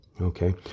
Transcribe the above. Okay